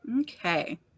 Okay